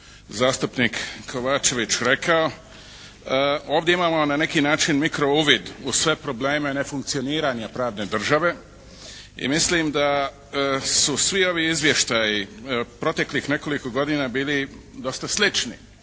zastupnik Kovačević rekao. Ovdje imamo na neki način mikro uvid u sve probleme nefunkcioniranja pravne države i mislim da su svi ovi izvještaji proteklih nekoliko godina bili dosta slični,